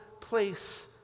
place